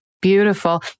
Beautiful